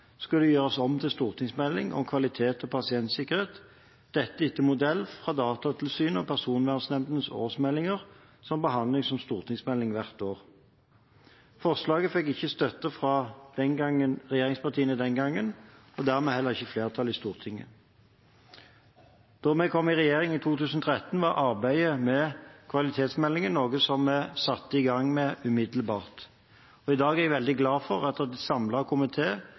skulle gjøres om til en stortingsmelding om kvalitet og pasientsikkerhet – dette etter modell fra Datatilsynets og Personvernnemndas årsmeldinger, som behandles som stortingsmelding hvert år. Forslaget fikk ikke støtte fra regjeringspartiene den gangen og dermed heller ikke flertall i Stortinget. Da vi kom i regjering i 2013, var arbeidet med kvalitetsmeldingen noe vi satte i gang med umiddelbart. I dag er jeg veldig glad for at